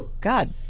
god